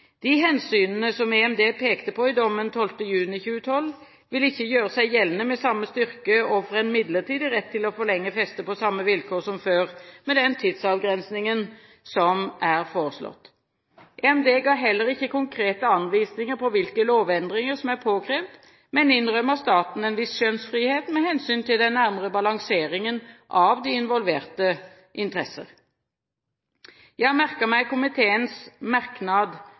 De hensynene som EMD pekte på i dommen 12. juni 2012, vil ikke gjøre seg gjeldende med samme styrke overfor en midlertidig rett til å forlenge festet på samme vilkår som før, med den tidsavgrensningen som er foreslått. EMD ga heller ikke konkrete anvisninger på hvilke lovendringer som er påkrevd, men innrømmet staten en viss skjønnsfrihet med hensyn til den nærmere balanseringen av de involverte interesser. Jeg har merket meg komiteens merknad